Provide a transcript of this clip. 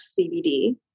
CBD